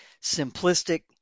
simplistic